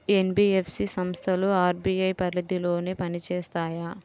NBFC సంస్థలు RBI పరిధిలోనే పని చేస్తాయా?